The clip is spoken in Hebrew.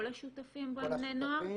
כל השותפים הם בני נוער?